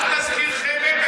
אל תזכיר חבל בביתו של התלוי,